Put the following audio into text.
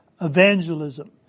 evangelism